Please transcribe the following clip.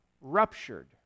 ruptured